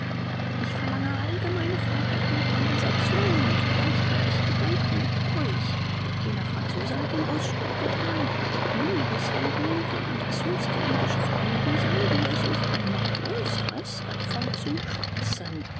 ich verlange allgemeine freiheit der conversation und gleiche berechtigung mit euch jener franzose hat den ausspruch gethan liebeshändel würden das höchste irdische vergnügen sein wäre es nicht ein noch größeres davon zu schwatzen